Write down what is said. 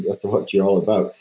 that's what you're all about.